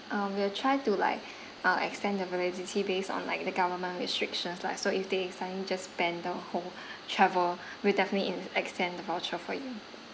um we will try to like uh extend the validity based on like the government restrictions lah so if they suddenly just ban the whole travel we'll definitely in extend the voucher for you